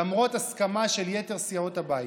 למרות הסכמה של יתר סיעות הבית.